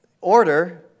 order